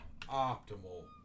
optimal